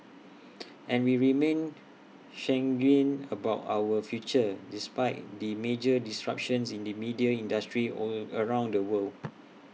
and we remain sanguine about our future despite the major disruptions in the media industry all around the world